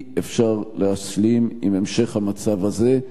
אי-אפשר להשלים עם המשך המצב הזה.